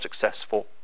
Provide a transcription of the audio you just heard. successful